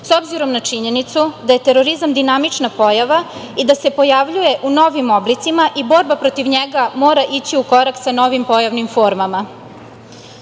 S obzirom na činjenicu daje terorizam dinamična pojava i da se pojavljuje u novim oblicima i borba protiv njega mora ići u korak sa novim pojavnim formama. Predlog